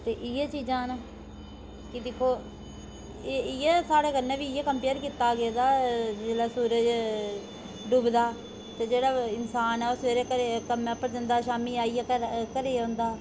ते इ'यै चीज़ा न कि दिक्खो एह् इ'यै साढ़ै कन्नै बी इ'यै कंपेयर कीता गेदा जोल्लै सूरज डुबदा ते जेह्ड़ा इंसान ऐ ओह् सवेरे घर कम्मै उप्पर जंदा शामी आइयै घर घरै गी औंदा